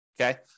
okay